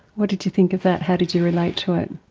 what did you think of that? how did you relate to it?